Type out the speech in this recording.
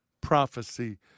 Prophecy